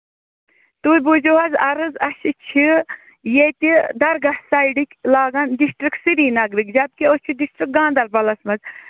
تُہۍ بوٗزِو حظ عرض اَسہِ چھِ ییٚتہِ درگاہ سایڈٕکۍ لگان ڈِسٹرکٹ سری نَگرٕکۍ جَب کہِ أسۍ چھِ ڈِسٹرک گانٛدربَلَس منٛز